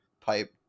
pipe